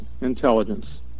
intelligence